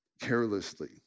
carelessly